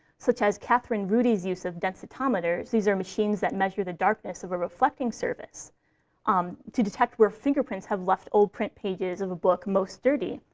such as kathryn rudy's use of densitometers these are machines that measure the darkness of a reflecting surface um to detect where fingerprints have left old print pages of a book most dirty,